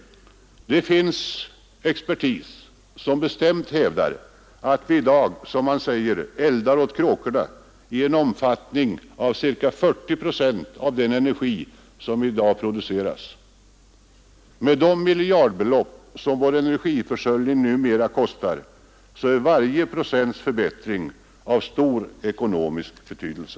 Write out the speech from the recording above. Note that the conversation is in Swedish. Det finns expertis som bestämt hävdar att vi i dag, som man säger, eldar för kråkorna i en omfattning som motsvarar ca 40 procent av den energi som produceras. Med de miljardbelopp som vår energiförsörjning numera kostar är varje procents förbättring av stor ekonomisk betydelse.